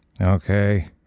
okay